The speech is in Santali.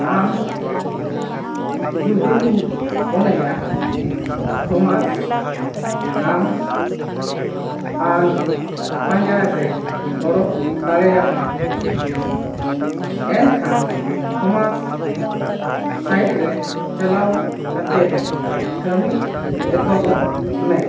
ᱟᱢ ᱡᱩᱫᱤᱢ ᱢᱚᱱᱮᱭᱟ ᱛᱷᱚᱢᱟᱥ ᱟᱢ ᱟᱱ ᱯᱟᱸᱡᱟᱭ ᱨᱮ ᱜᱚᱲᱚ ᱫᱟᱲᱮᱭᱟᱢ ᱮᱱᱠᱷᱟᱱ ᱛᱷᱚᱢᱟᱥ ᱥᱟᱭᱤᱴ ᱨᱮ ᱪᱟᱞᱟᱣ ᱠᱟᱛᱮ ᱠᱟᱹᱢᱤ ᱮᱛᱚᱦᱚᱵ ᱢᱮ